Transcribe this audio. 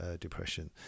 depression